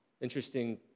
Interesting